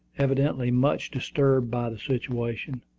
evidently much disturbed by the situation.